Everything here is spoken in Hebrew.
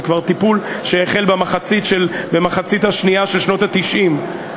זה טיפול שכבר החל במחצית השנייה של שנות ה-90.